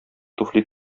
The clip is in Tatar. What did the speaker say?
туфли